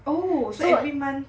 on so every month